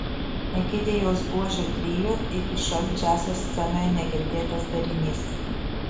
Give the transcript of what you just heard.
egidijaus buožio trio iki šiol džiazo scenoje negirdėtas darinys